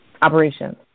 Operations